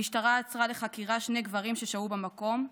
המשטרה עצרה לחקירה שני גברים ששהו במקום,